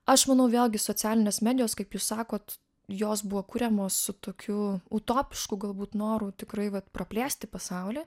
aš manau vėlgi socialinės medijos kaip jūs sakot jos buvo kuriamos su tokiu utopišku galbūt noru tikrai vat praplėsti pasaulį